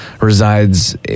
resides